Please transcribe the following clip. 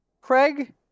Craig